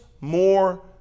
more